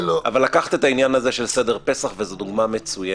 לקחת את העניין הזה של סדר פסח, וזו דוגמה מצוינת.